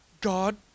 God